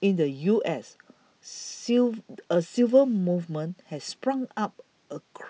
in the U S civil a civil movement has sprung up